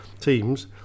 teams